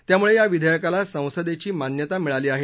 त्यामुळे या विधेयकाला संसदेची मान्यता मिळाली आहे